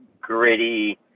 gritty